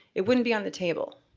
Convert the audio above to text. it wouldn't be on the table.